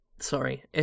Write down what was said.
Sorry